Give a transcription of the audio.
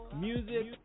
Music